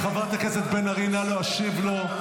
חברת הכנסת בן ארי, נא לא להשיב לו.